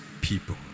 people